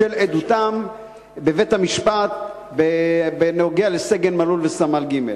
עדותם בבית-המשפט בנוגע לסגן מלול וסמל ג'.